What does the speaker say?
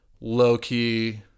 low-key